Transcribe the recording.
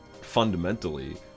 fundamentally